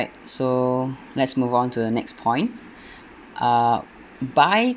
so let's move on to the next point uh buy